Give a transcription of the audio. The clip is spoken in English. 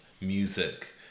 music